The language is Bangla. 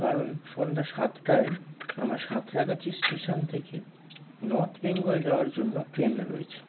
কারণ সন্ধ্যা সাতটায় আমার সাঁতরাগাছি স্টেশন থেকে নর্থ বেঙ্গল যাওয়ার জন্য ট্রেন রয়েছে